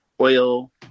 oil